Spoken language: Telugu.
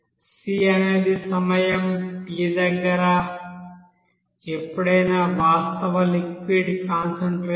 C అనేది సమయం t దగ్గర ఎప్పుడైనా వాస్తవ లిక్విడ్ కాన్సంట్రేషన్